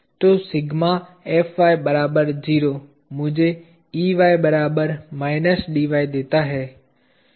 तो sigma Fy बराबर 0 मुझे Ey बराबर Dy देता है